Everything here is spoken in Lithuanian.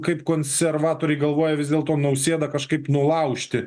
kaip konservatoriai galvoja vis dėlto nausėdą kažkaip nulaužti